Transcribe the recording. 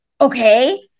okay